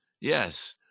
yes